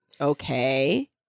Okay